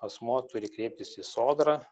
asmuo turi kreiptis į sodrą